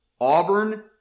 Auburn